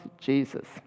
Jesus